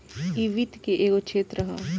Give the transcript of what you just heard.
इ वित्त के एगो क्षेत्र ह